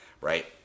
Right